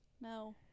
No